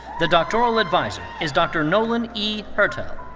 the doctoral adviser is dr. nolan e. hertel.